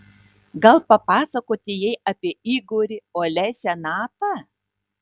gal papasakoti jai apie igorį olesią natą